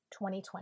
2020